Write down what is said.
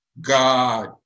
God